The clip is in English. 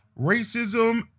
Racism